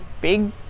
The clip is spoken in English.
Big